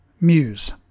Muse